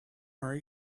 are